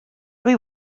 dwi